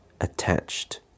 attached